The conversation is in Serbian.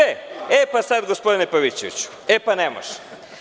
E, pa sad, gospodine Pavićeviću, ne može.